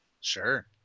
Sure